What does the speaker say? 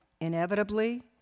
Inevitably